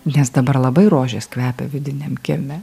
nes dabar labai rožės kvepia vidiniam kieme